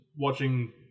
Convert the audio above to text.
watching